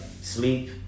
sleep